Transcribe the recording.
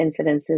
incidences